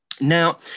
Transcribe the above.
Now